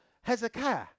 Hezekiah